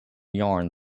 yarn